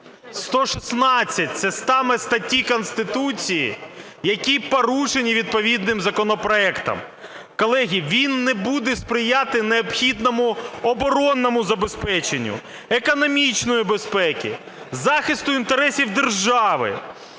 саме ті статті Конституції, які порушені відповідним законопроектом. Колеги, він не буде сприяти необхідному оборонному забезпеченню, економічній безпеці, захисту інтересів держави.